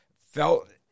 felt